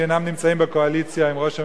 שאינם נמצאים בקואליציה עם ראש הממשלה,